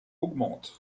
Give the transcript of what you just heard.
augmentent